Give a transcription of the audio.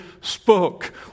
spoke